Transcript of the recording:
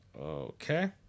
Okay